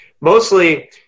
Mostly